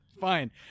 fine